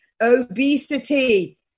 obesity